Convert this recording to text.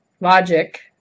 logic